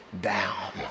down